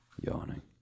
yawning